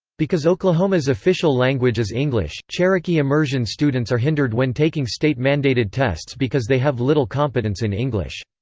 because oklahoma's official language is english, cherokee immersion students are hindered when taking state-mandated tests because they have little competence in english.